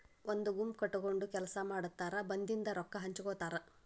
ಒಂದ ಗುಂಪ ಕಟಗೊಂಡ ಕೆಲಸಾ ಮಾಡತಾರ ಬಂದಿದ ರೊಕ್ಕಾ ಹಂಚಗೊತಾರ